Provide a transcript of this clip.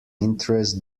interest